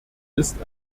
ist